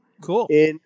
Cool